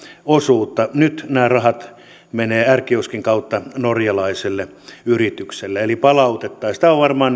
osuutta nyt nämä rahat menevät r kioskin kautta norjalaiselle yritykselle eli palautettaisiin ne tämä on varmaan